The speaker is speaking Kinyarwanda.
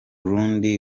rundi